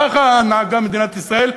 ככה נהגה מדינת ישראל.